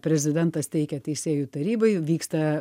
prezidentas teikia teisėjų tarybai vyksta